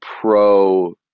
pro